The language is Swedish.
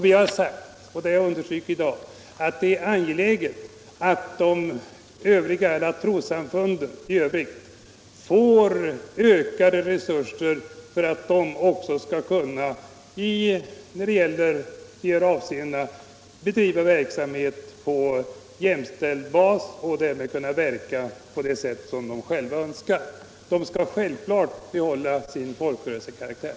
Vi har sagt — det har jag understrukit i dag — att det är angeläget att trossamfunden i övrigt får ökade resurser för att också de skall kunna bedriva sin verksamhet på jämställd bas och kunna verka på det sätt som de själva önskar. De skall självklart behålla sin folkrörelsekaraktär.